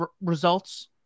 results